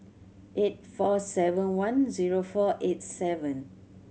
eight four seven one zero four eight seven